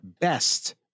best